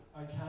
okay